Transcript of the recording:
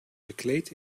gekleed